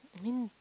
I mean